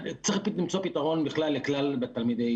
צריך למצוא פתרון בכלל לכלל תלמידי